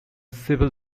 civil